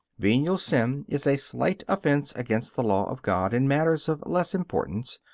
venial sin is a slight offense against the law of god in matters of less importance,